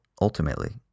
ultimately